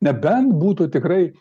nebent būtų tikrai